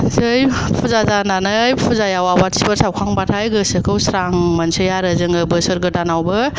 जै फुजा जानानै फुजायाव आवाथिफोर सावखांबाथाय गोसोखौ स्रां मोननोसै आरो जोङो बोसोर गोदानावबो